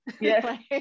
Yes